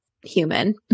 human